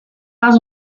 pas